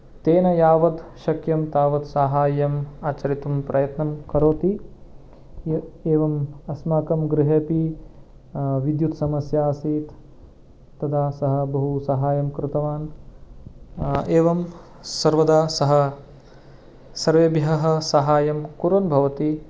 तेन यावत् शक्यं तावत् साहाय्यं आचरितुं प्रयत्नं करोति एवम् अस्माकं गृहेऽपि विद्युत् समस्या आसीत् तदा सः बहु साहाय्यं कृतवान् एवं सर्वदा सः सर्वेभ्यः साहाय्यं कुर्वन् भवति